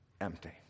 Empty